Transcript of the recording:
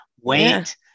wait